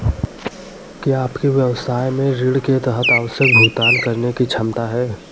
क्या आपके व्यवसाय में ऋण के तहत आवश्यक भुगतान करने की क्षमता है?